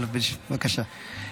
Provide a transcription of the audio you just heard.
בבקשה.